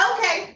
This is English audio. Okay